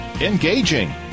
engaging